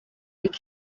ariko